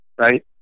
right